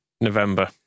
November